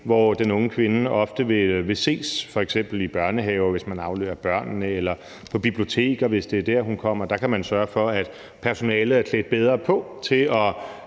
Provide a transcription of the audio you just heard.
hvor den unge kvinde ofte vil ses, f.eks. i børnehaven, når hun afleverer børnene, eller på biblioteket, hvis det er der, hun kommer, sørge for, at personalet er bedre klædt på til at